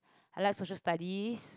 I like Social Studies